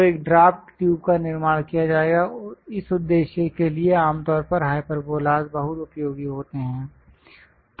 तो एक draft tube का निर्माण किया जाएगा इस उद्देश्य के लिए आमतौर पर हाइपरबोलास बहुत उपयोगी होते हैं